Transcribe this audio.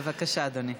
בבקשה, אדוני.